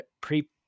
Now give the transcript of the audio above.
pre